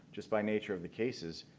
just by nature of the cases